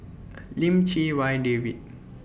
Lim Chee Wai David